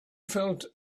felt